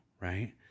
right